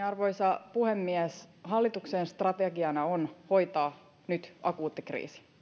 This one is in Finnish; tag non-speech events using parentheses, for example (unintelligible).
(unintelligible) arvoisa puhemies hallituksen strategiana on hoitaa nyt akuutti kriisi